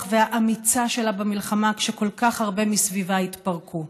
והאמיצה שלה במלחמה כשכל כך הרבה מסביבה התפרקו.